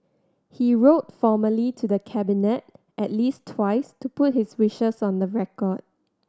he wrote formally to the Cabinet at least twice to put his wishes on the record